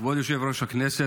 כבוד יושב-ראש הכנסת,